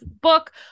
book